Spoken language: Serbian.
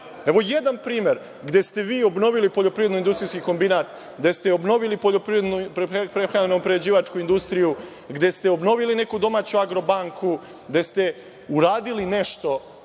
mi jedan primer gde ste vi obnovili poljoprivredno-industrijski kombinat, gde ste obnovili prehrambeno-prerađivačku industriju, gde ste obnovili neku domaću Agrobanku, gde ste uradili nešto